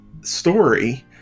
story